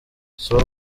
soul